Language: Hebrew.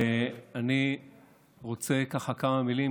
אני רוצה לומר כמה מילים,